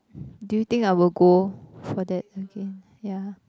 do you think I will go for that again yeah